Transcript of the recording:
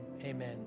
amen